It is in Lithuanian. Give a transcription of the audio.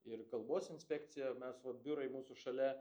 ir kalbos inspekcija mes vat biurai mūsų šalia